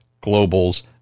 Global's